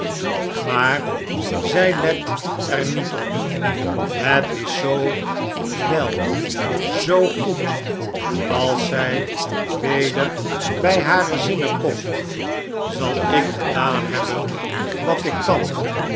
maar zij let er niet op het is zoo wel zoo goed als zij weder bij hare zinnen komt zal ik gedaan hebben wat ik kan